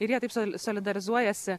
ir jie taip solidarizuojasi